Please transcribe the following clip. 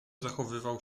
zachowywał